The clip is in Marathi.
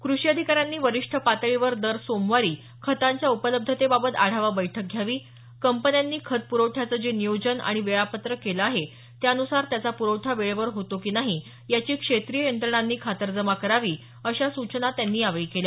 क्रषी अधिकाऱ्यांनी वरिष्ठ पातळीवर दर सोमवारी खतांच्या उपलब्धतेबाबत आढावा बैठक घ्यावी कंपन्यांनी खत प्रवठ्याचं जे नियोजन आणि वेळापत्रक केलं आहे त्यान्सार त्याचा प्रखठा वेळेवर होतो की नाही याची क्षेत्रीय यंत्रणांनी खातरजमा करावी अशा सूचना त्यांनी यावेळी केल्या